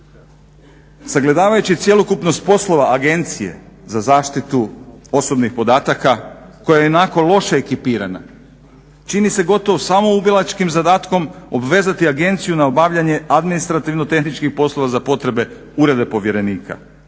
Sagledavajući cjelokupnost poslova Agencije za zaštitu osobnih podataka koja je i onako loše ekipirana, čini se gotovo samoubilačkim zadatkom obvezati agenciju na obavljanje administrativno tehničkih poslova za potrebe ureda povjerenika,